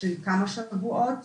של כמה שבועות.